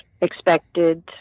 expected